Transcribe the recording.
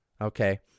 Okay